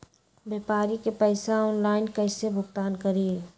व्यापारी के पैसा ऑनलाइन कईसे भुगतान करी?